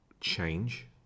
change